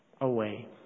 away